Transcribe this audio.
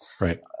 Right